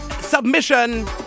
submission